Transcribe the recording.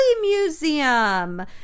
Museum